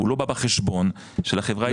הוא לא בא בחשבון של החברה הישראלית.